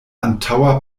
antaŭa